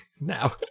now